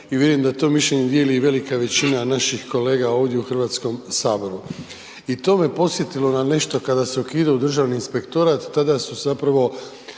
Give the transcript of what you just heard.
i vjerujem da to mišljenje dijeli i velika većina naših kolega ovdje u Hrvatskom saboru i to me podsjetilo na nešto kada se ukidao Državni inspektorat, tada su zapravo